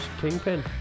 Kingpin